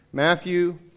Matthew